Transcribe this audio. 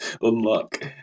unlock